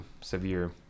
severe